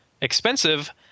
expensive